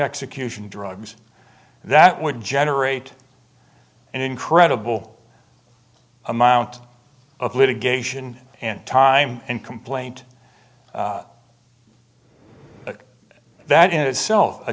execution drugs that would generate an incredible amount of litigation and time and complaint that in itself a